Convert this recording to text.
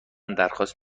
درخواست